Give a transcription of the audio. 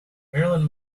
marilyn